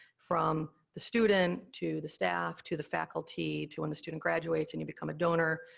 from the student, to the staff, to the faculty, to when the student graduates and you become a donor,